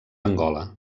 angola